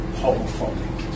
homophobic